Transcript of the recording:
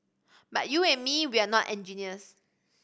but you and me we're not engineers